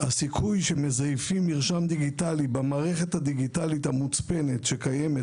הסיכוי שמזייפים מרשם דיגיטלי במערכת הדיגיטלית המוצפנת שקיימת